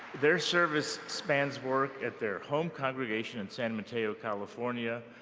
their service spans work at their home congregation in san mateo, colorado, and yeah